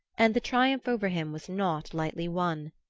and the triumph over him was not lightly won.